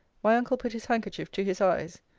my uncle put his handkerchief to his eyes.